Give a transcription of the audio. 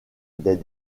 des